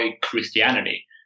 Christianity